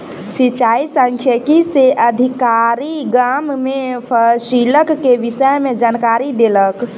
सिचाई सांख्यिकी से अधिकारी, गाम में फसिलक के विषय में जानकारी देलक